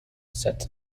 sets